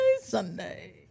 Sunday